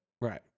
Right